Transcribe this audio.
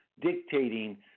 dictating